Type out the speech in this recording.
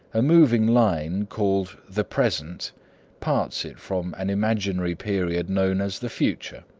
a moving line called the present parts it from an imaginary period known as the future.